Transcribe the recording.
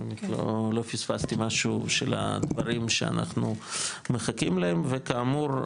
לא פספסתי משהו של הדברים שאנחנו מחכים להם וחוברת,